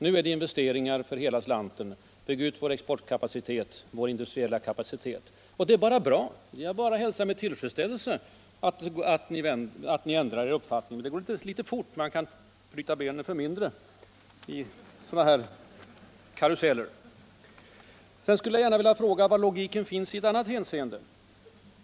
Nu är det investeringar för hela slanten — bygg ut vår exportkapacitet, vår industriella kapacitet! Och det är bara bra, jag hälsar med tillfredsställelse att ni ändrar er uppfattning. Men det går litet fort — man kan bryta benen för mindre i sådana här karuseller. Sedan skulle jag gärna vilja fråga var logiken finns i ett annat hänseende.